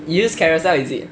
you use carousell is it